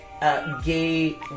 gay